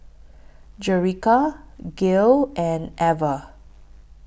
Jerica Gale and Ever